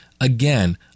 again